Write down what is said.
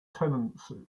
tenancy